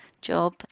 job